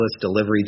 delivery